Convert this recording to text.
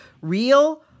Real